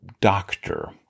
doctor